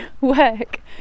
work